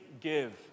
give